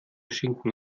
schinken